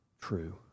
true